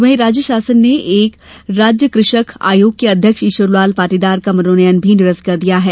वहीं राज्य शासन ने राज्य कृषक आयोग के अध्यक्ष ईश्वरलाल पाटीदार का मनोनयन भी निरस्त कर दिया है